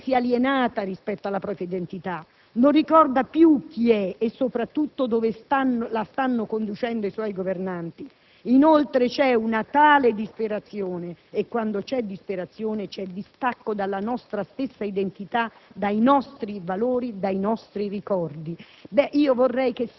che in Israele si è creato un vuoto, che la gente si è alienata rispetto alla propria identità, non ricorda più chi è, e soprattutto dove la stanno conducendo i suoi governanti. Inoltre, egli afferma che c'è una tale disperazione e che, quando c'è disperazione, c'è distacco dalla nostra stessa identità dai